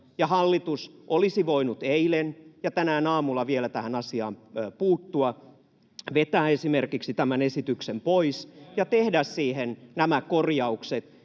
hallitus olisi voinut eilen ja tänään aamulla vielä tähän asiaan puuttua, vetää esimerkiksi tämän esityksen pois [Sosiaalidemokraattien